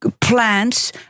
plants